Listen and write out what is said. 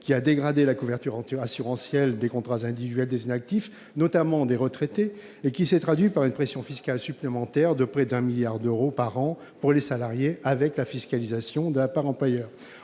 qui a dégradé la couverture assurantielle des contrats individuels des inactifs, notamment des retraités, et qui s'est traduite par une pression fiscale supplémentaire de près de 1 milliard d'euros par an pour les salariés, avec la fiscalisation de la part employeur.